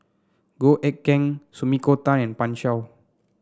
Goh Eck Kheng Sumiko Tan and Pan Shou